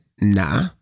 nah